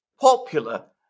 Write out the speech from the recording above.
popular